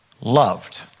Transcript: loved